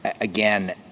again